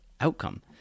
outcome